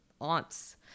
aunts